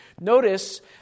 Notice